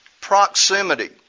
Proximity